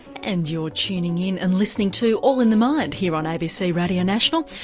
and you're tuning in and listening to all in the mind here on abc radio national.